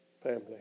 family